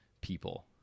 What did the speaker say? people